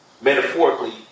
metaphorically